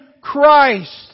Christ